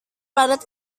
planet